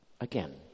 Again